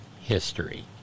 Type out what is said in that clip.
history